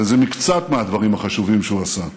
וזה מקצת הדברים החשובים שהוא עשה,